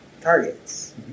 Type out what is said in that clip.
targets